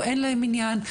או אין להם עניין,